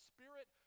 Spirit